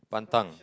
pantang